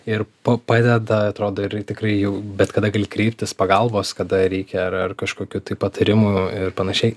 ir pa padeda atrodo ir tikrai jau bet kada gali kreiptis pagalbos kada reikia ar ar kažkokių patarimų ir panašiai